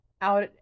out